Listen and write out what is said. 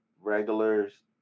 regulars